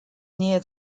near